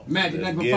Magic